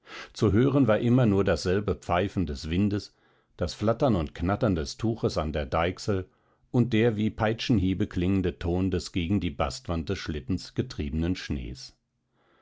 zu hören war immer nur dasselbe pfeifen des windes das flattern und knattern des tuches an der deichsel und der wie peitschenhiebe klingende ton des gegen die bastwand des schlittens getriebenen schnees